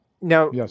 now